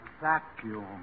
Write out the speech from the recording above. Vacuum